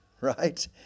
right